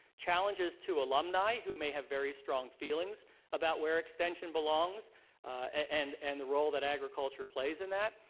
challenges to alumni who may have very strong feelings about where extension belongs and and the role that agriculture plays in that.